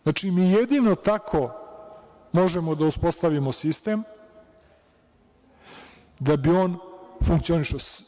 Znači, mi jedino tako možemo da uspostavimo sistem da bi on funkcionisao.